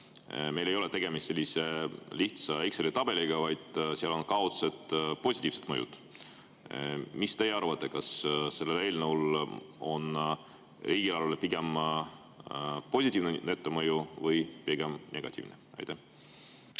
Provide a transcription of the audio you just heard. meil ei ole tegemist sellise lihtsa Exceli tabeliga, vaid sellel on kaudselt ka positiivsed mõjud. Mis teie arvate, kas sellel eelnõul on riigieelarvele pigem positiivne netomõju või pigem negatiivne? Suur